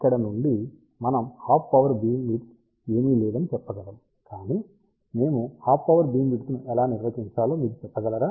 కాబట్టి ఇక్కడ నుండి మనం హాఫ్ పవర్ బీమ్ విడ్త్ ఏమీ లేదని చెప్పగలం కాని మేము హాఫ్ పవర్ బీమ్ విడ్త్ ను ఎలా నిర్వచించాలో మీరు చెప్పగలరా